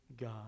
God